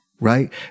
Right